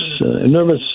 nervous